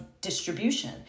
distribution